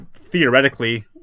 theoretically